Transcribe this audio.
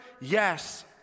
Yes